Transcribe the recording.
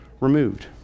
removed